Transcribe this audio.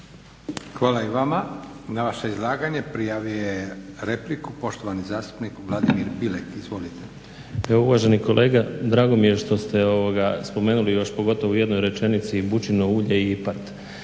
Hvala i vama. Na vaše izlaganje prijavio je repliku poštovani zastupnik Vladimir Bilek. Izvolite. **Bilek, Vladimir (HNS)** Evo uvaženi kolega, drago mi što ste spomenuli još pogotovo u jednoj rečenici bučino ulje i IPARD.